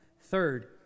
Third